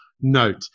note